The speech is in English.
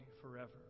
forever